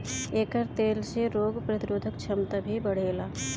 एकर तेल से रोग प्रतिरोधक क्षमता भी बढ़ेला